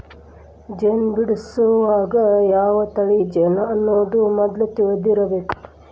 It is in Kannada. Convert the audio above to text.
ಜೇನ ಬಿಡಸುವಾಗ ಯಾವ ತಳಿ ಜೇನು ಅನ್ನುದ ಮದ್ಲ ತಿಳದಿರಬೇಕ